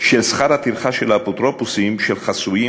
של שכר הטרחה של האפוטרופוסים של חסויים